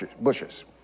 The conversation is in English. bushes